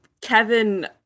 Kevin